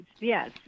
Yes